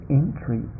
entry